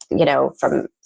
you know, from,